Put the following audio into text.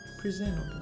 presentable